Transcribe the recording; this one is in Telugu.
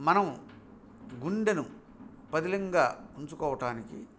మనం గుండెను పదిలంగా ఉంచుకోవటానికి